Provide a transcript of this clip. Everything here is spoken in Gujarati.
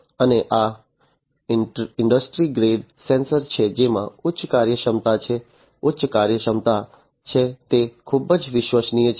અને આ ઇન્ડસ્ટ્રી ગ્રેડ સેન્સર છે જેમાં ઉચ્ચ કાર્યક્ષમતા છે ઉચ્ચ કાર્યક્ષમતા છે તે ખૂબ જ વિશ્વસનીય છે